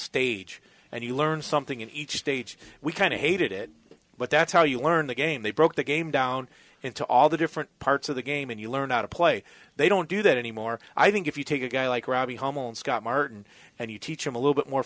stage and you learn something in each stage we kind of hated it but that's how you learn the game they broke the game down into all the different parts of the game and you learn how to play they don't do that anymore i think if you take a guy like robbie home and scott martin and you teach them a little bit more